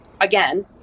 again